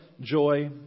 joy